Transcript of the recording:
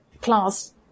class